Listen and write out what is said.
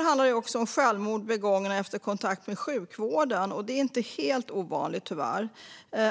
Det handlar också om självmord begångna efter kontakt med sjukvården, vilket tyvärr inte är helt ovanligt.